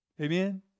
Amen